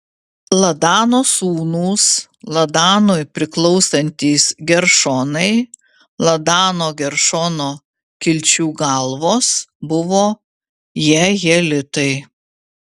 ladano sūnūs ladanui priklausantys geršonai ladano geršono kilčių galvos buvo jehielitai